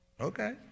Okay